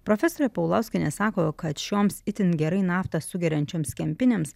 profesorė paulauskienė sako kad šioms itin gerai naftą sugeriančioms kempinėms